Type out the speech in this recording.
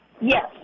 Yes